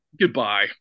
Goodbye